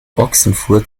ochsenfurt